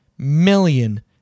million